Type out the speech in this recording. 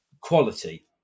Quality